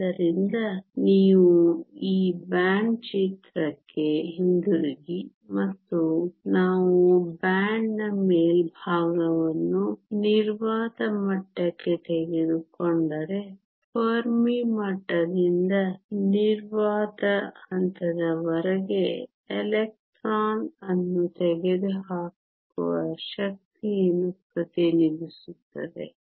ಆದ್ದರಿಂದ ನೀವು ಈ ಬ್ಯಾಂಡ್ ಚಿತ್ರಕ್ಕೆ ಹಿಂತಿರುಗಿ ಮತ್ತು ನಾವು ಬ್ಯಾಂಡ್ನ ಮೇಲ್ಭಾಗವನ್ನು ನಿರ್ವಾತ ಮಟ್ಟಕ್ಕೆ ತೆಗೆದುಕೊಂಡರೆ ಫೆರ್ಮಿ ಮಟ್ಟದಿಂದ ನಿರ್ವಾತ ಹಂತದವರೆಗೆ ಎಲೆಕ್ಟ್ರಾನ್ ಅನ್ನು ತೆಗೆದುಹಾಕುವ ಶಕ್ತಿಯನ್ನು ಪ್ರತಿನಿಧಿಸುತ್ತದೆ